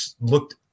looked